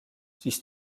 siis